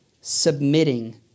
submitting